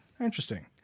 Interesting